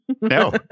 No